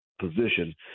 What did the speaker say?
position